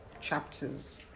chapters